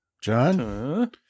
John